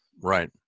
Right